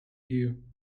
you